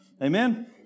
Amen